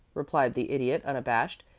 replied the idiot, unabashed,